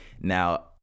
Now